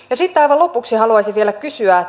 sitten aivan lopuksi haluaisin vielä kysyä